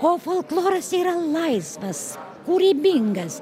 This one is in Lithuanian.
o folkloras yra laisvas kūrybingas